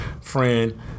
friend